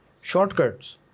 Shortcuts